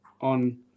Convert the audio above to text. on